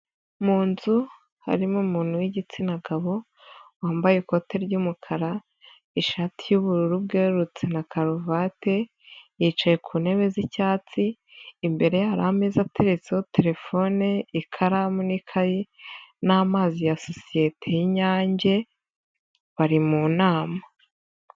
Mu inzu harimo umuntu w'igitsina gabo wambaye ikote ry'umukara, ishati y'ubururu bwerurutse na karuvati, yicaye ku ntebe z'icyatsi imbere hari ameza ateretseho terefone, ikaramu n'ikayi n'amazi ya sociyete y'Inyange bari mu inama.